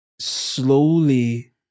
slowly